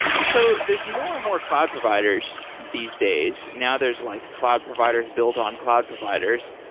so there's more and more cloud providers these days. now there's like cloud providers built on cloud providers,